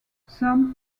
some